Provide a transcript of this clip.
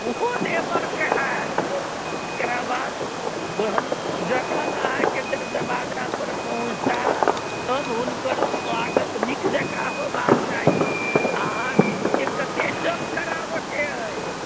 ओहो देबऽके होयत एकरा बाद जखन अहाँकेँ दरवाजा पर पहुँचताह तहन हुनकर स्वागत नीक जकाँ होबाक चाही अहाँकेँ कते जप कराबऽके अहि